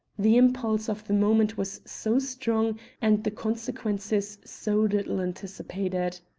the impulse of the moment was so strong and the consequences so little anticipated!